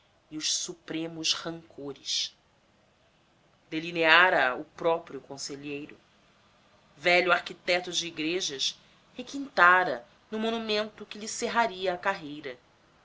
e os supremos rancores delineara a o próprio conselheiro velho arquiteto de igrejas requintara no monumento que lhe cerraria a carreira